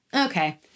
okay